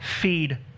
feed